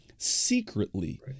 secretly